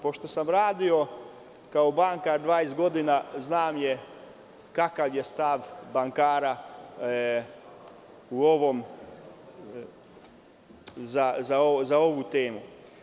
Pošto sam radio kao bankar 20 godina, znam kakav je stav bankara za ovu temu.